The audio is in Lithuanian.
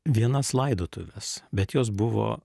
vienas laidotuves bet jos buvo